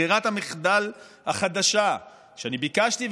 ברירת המחדל החדשה שאני ביקשתי,